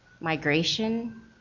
migration